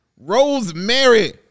rosemary